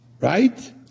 Right